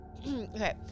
Okay